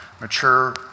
mature